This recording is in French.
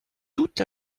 toute